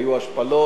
היו מכות,